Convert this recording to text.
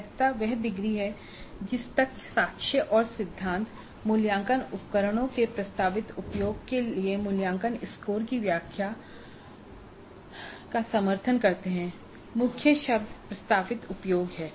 वैधता वह डिग्री है जिस तक साक्ष्य और सिद्धांत मूल्यांकन उपकरणों के प्रस्तावित उपयोग के लिए मूल्यांकन स्कोर की व्याख्या का समर्थन करते हैं मुख्य शब्द प्रस्तावित उपयोग है